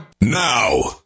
now